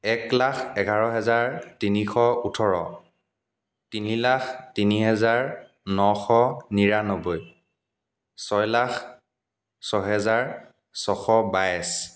এক লাখ এঘাৰ হাজাৰ তিনিশ ওঁঠৰ তিনি লাখ তিনি হাজাৰ নশ নিৰান্নব্বৈ ছয় লাখ ছয় হেজাৰ ছয়শ বাইছ